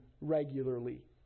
regularly